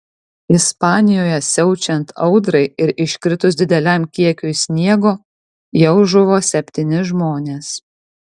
ispanijoje siaučiant audrai ir iškritus dideliam kiekiui sniego jau žuvo septyni žmonės